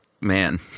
man